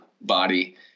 body